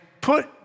put